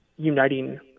Uniting